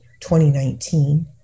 2019